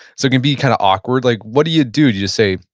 so it can be kind of awkward. like what do you do? do you just say,